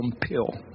pill